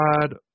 God